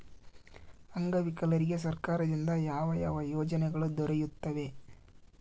ಅಂಗವಿಕಲರಿಗೆ ಸರ್ಕಾರದಿಂದ ಯಾವ ಯಾವ ಯೋಜನೆಗಳು ದೊರೆಯುತ್ತವೆ?